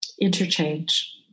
interchange